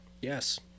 yes